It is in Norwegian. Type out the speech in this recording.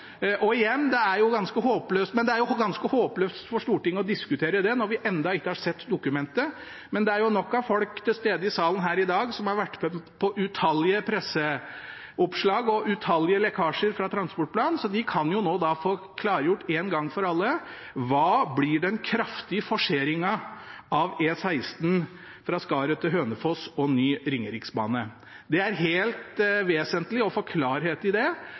Det er ganske håpløst for Stortinget å diskutere dette når vi ennå ikke har sett dokumentet, men det er jo nok av folk til stede i salen her i dag som har vært med på utallige presseoppslag og utallige lekkasjer fra transportplanen, så de kan jo nå få klargjort én gang for alle: Hva blir den kraftige forseringen av E16 fra Skaret til Hønefoss og ny Ringeriksbane? Det er helt vesentlig å få klarhet i det